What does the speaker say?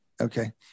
okay